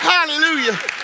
Hallelujah